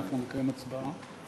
אנחנו נקיים הצבעה.